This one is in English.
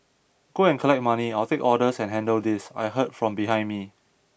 go and collect money I'll take orders and handle this I heard from behind me